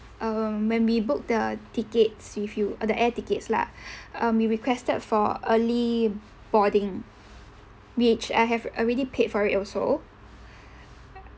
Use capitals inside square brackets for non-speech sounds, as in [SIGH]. um when we book the tickets with you uh the air tickets lah [BREATH] um we requested for early boarding which I have already paid for it also